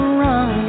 run